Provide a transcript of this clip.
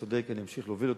אני אמשיך להוביל אותו.